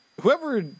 whoever